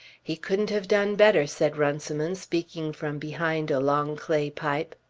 he couldn't have done better, said runciman, speaking from behind a long clay pipe.